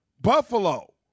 Buffalo